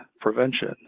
prevention